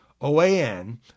OAN